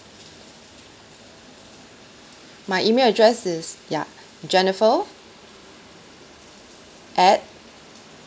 my email address is ya jennifer at